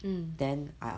mm